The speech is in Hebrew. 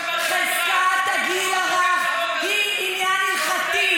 חזקת הגיל הרך היא עניין הלכתי.